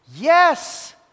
Yes